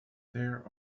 there